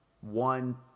one